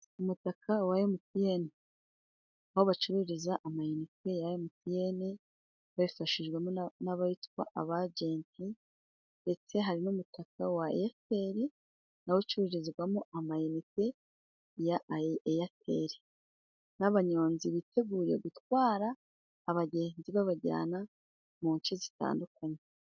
Umutaka wa emutiyeni, aho bacururiza amayinite ya emutiyene babifashijwemo n'abitwa abajenti, ndetse harimo n'umutaka wa eyateri na wo ucururizwamo amayinite ya eyateri, n'abanyonzi biteguye gutwara abagenzi, babajyana mu nce zitandukanye.